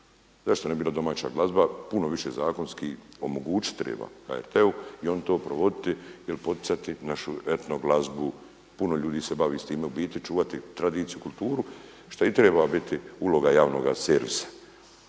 Zašto ne bi bila domaća glazba, puno više zakonski omogućit treba HRT-u i onda to provoditi ili poticati našu etno glazbu. Puno ljudi se bavi s time, u biti čuvati tradiciju kulturu što i treba biti uloga javnoga servisa,